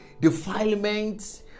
defilement